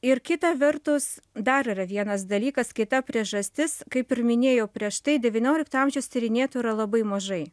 ir kita vertus dar yra vienas dalykas kita priežastis kaip ir minėjau prieš tai devyniolikto amžiaus tyrinėtojų yra labai mažai